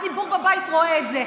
הציבור בבית רואה את זה.